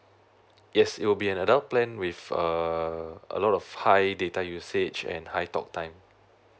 yes it will be an adult plan with uh a lot of high data usage and I talk time